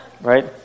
Right